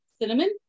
cinnamon